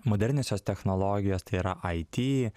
moderniosios technologijos tai yra it